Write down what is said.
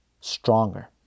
stronger